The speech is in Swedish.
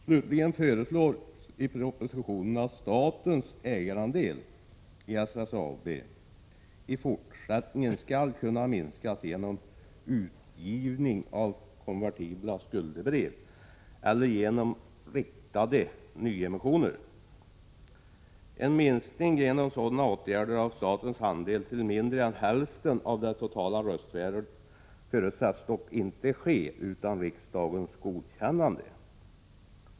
Slutligen föreslås i propositionen att statens ägarandel i SSAB i fortsättningen skall kunna minskas genom utgivning av konvertibla skuldebrev eller genom riktade nyemissioner. En minskning genom sådana åtgärder av statens andel till mindre än hälften av det totala röstvärdet förutsätts dock inte ske utan riksdagens godkännande.